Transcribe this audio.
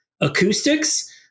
acoustics